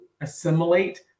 assimilate